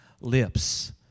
lips